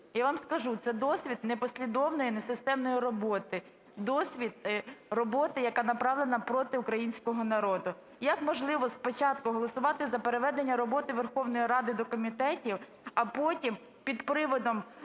Я вам скажу, це досвід непослідовної несистемної роботи, досвід роботи, яка направлена проти українського народу. Як можливо спочатку голосувати за переведення роботи Верховної Ради до комітентів, а потім під приводом